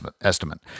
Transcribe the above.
estimate